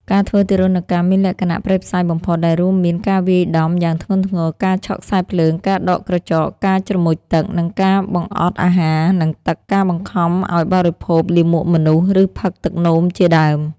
ការធ្វើទារុណកម្មមានលក្ខណៈព្រៃផ្សៃបំផុត ដែលរួមមាន ការវាយដំយ៉ាងធ្ងន់ធ្ងរ ការឆក់ខ្សែភ្លើង ការដកក្រចក ការជ្រមុជទឹក ការបង្អត់អាហារនិងទឹក ការបង្ខំឱ្យបរិភោគលាមកមនុស្ស ឬផឹកទឹកនោមជាដើម។